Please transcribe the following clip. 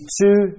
two